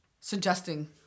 suggesting